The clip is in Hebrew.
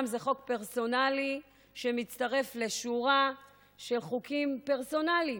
זה חוק פרסונלי שמתווסף לשורה של חוקים פרסונליים.